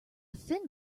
thin